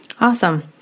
Awesome